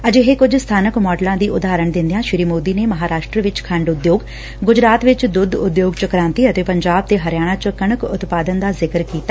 ਅਜਿਹੇ ਕੁਝ ਸਬਾਨਕ ਮਾਡਲਾਂ ਦੀ ਉਦਹਾਰਣ ਦਿੰਦਿਆਂ ਸ਼ੀ ਮੋਦੀ ਨੇ ਮਹਾਂਰਾਸ਼ਟਰ ਵਿਚ ਖੰਡ ਉਦਯੋਗ ਗੁਜਰਾਤ ਵਿਚ ਦੁੱਧ ਉਦਯੋਗ ਚ ਕੁਾਂਤੀ ਅਤੇ ਪੰਜਾਬ ਤੇ ਹਰਿਆਣਾ ਚ ਕਣਕ ਉਤਪਾਦਨ ਦਾ ਜ਼ਿਕਰ ਕੀਤਾ